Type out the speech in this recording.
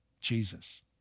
Jesus